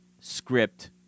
script